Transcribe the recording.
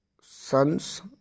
sons